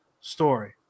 story